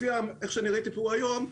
לפי מה שראיתי כאן היום,